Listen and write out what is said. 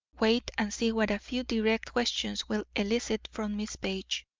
wait and see what a few direct questions will elicit from miss page.